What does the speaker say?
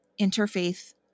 interfaith